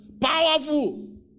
powerful